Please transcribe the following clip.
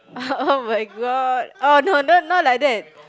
[oh]-my-god oh no no not like that